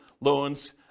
loans